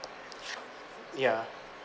ya